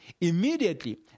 Immediately